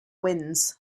wins